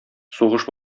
сугыш